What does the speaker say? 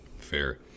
Fair